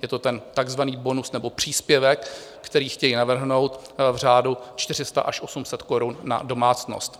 Je to ten takzvaný bonus nebo příspěvek, který chtějí navrhnout v řádu 400 až 800 korun na domácnost.